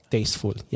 Tasteful